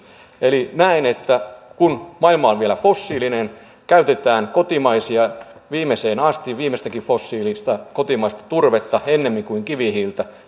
näen että kun maailma on vielä fossiilinen käytetään kotimaisia viimeiseen asti viimeistäkin fossiilista kotimaista turvetta ennemmin kuin kivihiiltä ja